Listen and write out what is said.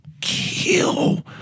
kill